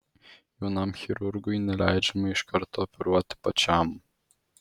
jaunam chirurgui neleidžiama iš karto operuoti pačiam